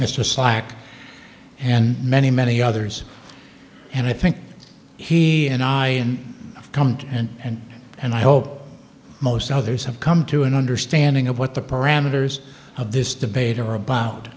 mr slack and many many others and i think he and i comed and and and i hope most others have come to an understanding of what the parameters of this debate are a bo